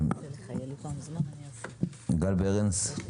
--- גל ברנס,